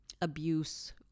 abuse